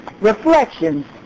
Reflections